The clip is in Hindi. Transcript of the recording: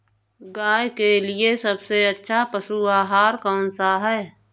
गाय के लिए सबसे अच्छा पशु आहार कौन सा है?